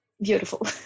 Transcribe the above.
beautiful